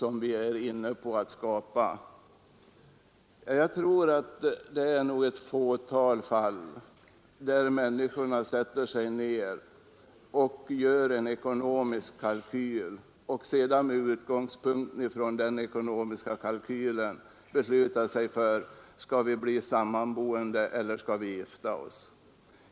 Det är nog bara i ett fåtal fall man sätter sig ned och gör en ekonomisk kalkyl och med utgångspunkt i den beslutar sig för om man skall bli sammanboende eller om man skall gifta sig.